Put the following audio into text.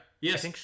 Yes